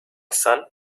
son